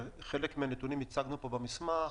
וחלק מהנתונים הצגנו כאן במסמך,